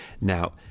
Now